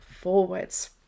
forwards